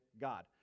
God